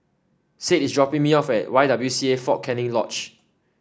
Sade is dropping me off at Y W C A Fort Canning Lodge